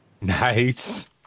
Nice